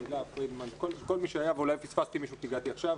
תהלה פרידמן וכל מי שהיה ואולי פספסתי מישהו כי הגעתי עכשיו.